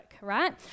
right